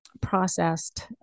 processed